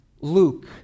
Luke